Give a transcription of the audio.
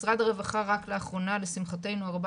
משרד הרווחה רק לאחרונה לשמחתנו הרבה